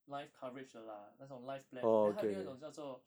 life coverage 的啦那种 life plan then 他有另外一种叫做